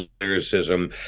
lyricism